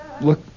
look